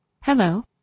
Hello